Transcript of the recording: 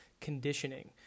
conditioning